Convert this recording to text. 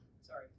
sorry